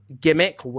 gimmick